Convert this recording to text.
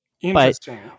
Interesting